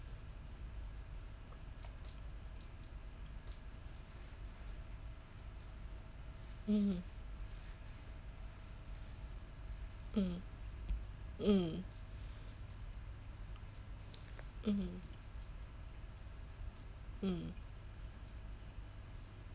mm mm mm mm mm